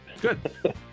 Good